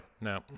no